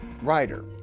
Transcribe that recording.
writer